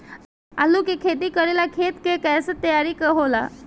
आलू के खेती करेला खेत के कैसे तैयारी होला?